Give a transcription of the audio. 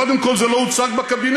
קודם כול זה לא הוצג בקבינט,